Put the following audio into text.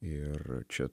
ir čia